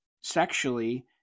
sexually